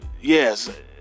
yes